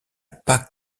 pas